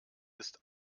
ist